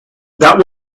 that